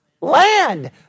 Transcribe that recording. Land